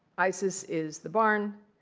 isis is the barn,